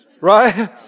right